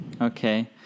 Okay